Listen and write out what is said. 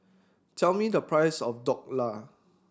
tell me the price of Dhokla